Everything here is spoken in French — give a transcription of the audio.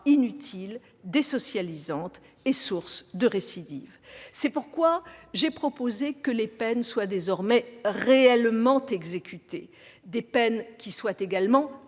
inutile, désocialisante et source de récidives. C'est pourquoi j'ai proposé que les peines soient désormais réellement exécutées ; des peines également